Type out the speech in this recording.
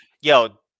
Yo